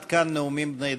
עד כאן נאומים בני דקה.